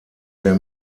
der